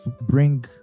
bring